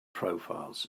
profiles